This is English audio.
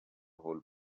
whole